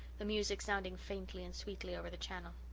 the music sounding faintly and sweetly over the channel.